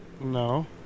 No